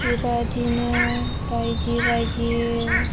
बेबादिनो बायदि बायदि